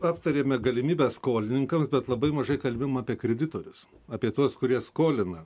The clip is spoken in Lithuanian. aptarėme galimybę skolininkams bet labai mažai kalbėjom apie kreditorius apie tuos kurie skolina